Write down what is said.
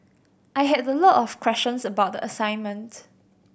I had a lot of questions about the assignment